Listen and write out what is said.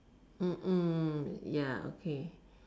ya okay